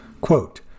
quote